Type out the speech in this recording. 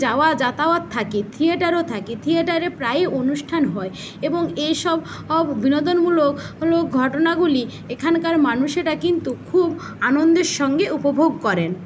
যাওয়া যাতায়াত থাকে থিয়েটারও থাকে থিয়েটারে প্রায়ই অনুষ্ঠান হয় এবং এসব অব বিনোদনমূলক লোক ঘটনাগুলি এখানকার মানুষেরা কিন্তু খুব আনন্দের সঙ্গে উপভোগ করেন